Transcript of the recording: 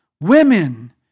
women